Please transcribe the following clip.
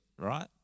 right